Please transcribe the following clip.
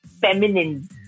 feminine